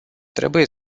trebuie